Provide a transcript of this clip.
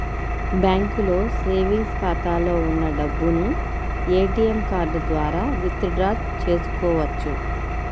బ్యాంకులో సేవెంగ్స్ ఖాతాలో ఉన్న డబ్బును ఏటీఎం కార్డు ద్వారా విత్ డ్రా చేసుకోవచ్చు